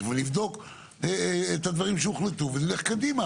ונבדוק את הדברים שהוחלטו ונלך קדימה,